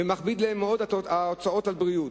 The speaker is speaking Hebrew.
ומכבידות עליהם מאוד, הוצאות על בריאות.